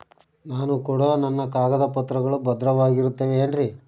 ನಾನು ಕೊಡೋ ನನ್ನ ಕಾಗದ ಪತ್ರಗಳು ಭದ್ರವಾಗಿರುತ್ತವೆ ಏನ್ರಿ?